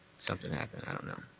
something happened. i don't know.